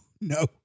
no